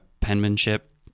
penmanship